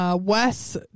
Wes